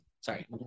Sorry